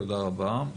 תודה רבה.